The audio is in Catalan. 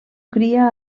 cria